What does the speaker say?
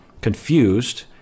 confused